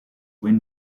win